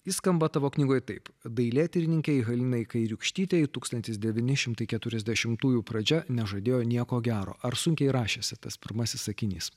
jis skamba tavo knygoje taip dailėtyrininkei halinai kairiūkštytei tūkstantis devyni šimtai keturiasdešimtųjų pradžia nežadėjo nieko gero ar sunkiai rašėsi tas pirmasis sakinys